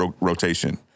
rotation